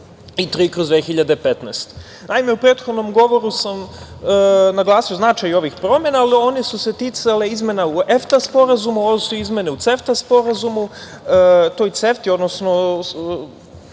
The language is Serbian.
i 3/2015.Naime, u prethodnom govoru sam naglasio značaj ovih promena, ali one su se ticale izmena u EFTA Sporazumu, a ovo su izmene u CEFTA sporazumu, odnosno